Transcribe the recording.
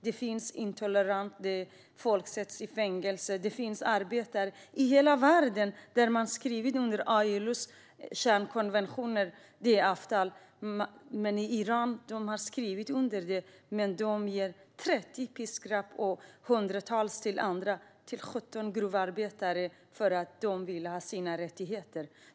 Det finns intolerans, och folk sätts i fängelse. Iran har skrivit under ILO:s konventioner men straffar arbetare med piskrapp, bland annat 17 gruvarbetare för att de krävde sina rättigheter.